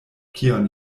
kion